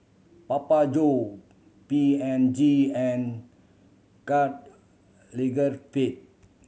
Papa John P and G and Karl Lagerfeld